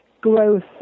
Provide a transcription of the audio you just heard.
growth